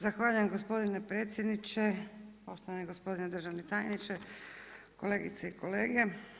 Zahvaljujem gospodine predsjedniče, poštovani gospodine državni tajniče, kolegice i kolege.